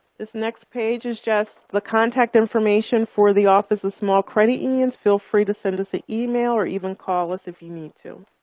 this next page is just the contact information for the office of small credit unions. feel free to send us an email or even call us if you need to.